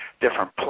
different